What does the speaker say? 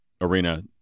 arena